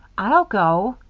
i'll go,